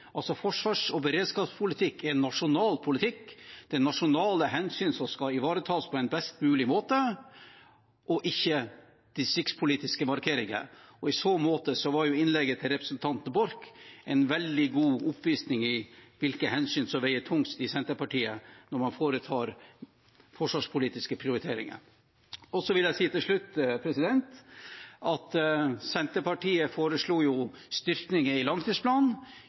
beredskapspolitikk er nasjonal politikk. Det er nasjonale hensyn som skal ivaretas på best mulig måte, og ikke distriktspolitiske markeringer. I så måte var innlegget til representanten Borch en veldig god oppvisning i hvilke hensyn som veier tyngst i Senterpartiet, når man foretar forsvarspolitiske prioriteringer. Så vil jeg si til slutt at Senterpartiet foreslo styrkinger i forbindelse med langtidsplanen,